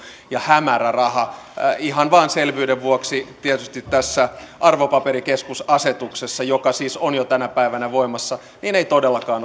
ja hämärä raha ihan vain selvyyden vuoksi tässä arvopaperikeskusasetuksessa joka siis on jo tänä päivänä voimassa ei todellakaan